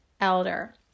elder